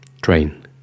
Train